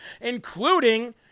including